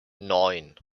neun